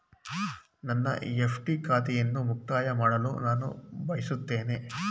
ನನ್ನ ಎಫ್.ಡಿ ಖಾತೆಯನ್ನು ಮುಕ್ತಾಯ ಮಾಡಲು ನಾನು ಬಯಸುತ್ತೇನೆ